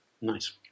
nice